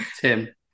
Tim